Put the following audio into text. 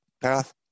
path